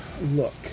Look